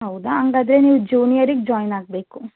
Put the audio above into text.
ಹೌದಾ ಹಾಗಾದರೆ ನೀವು ಜೂನಿಯರಿಗೆ ಜಾಯ್ನ್ ಆಗಬೇಕು